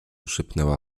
szepnęła